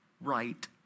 right